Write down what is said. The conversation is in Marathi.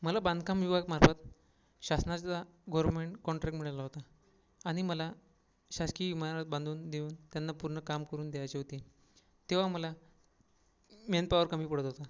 मला बांधकाम विभागामार्फत शासनाचा गोरमेन्ट कॉन्ट्रॅक मिळालं होतं आणि मला शासकीय इमारत बांधून देऊन त्यांना पूर्ण काम करून द्यायचे होते तेव्हा मला मॅनपावर कमी पडत होता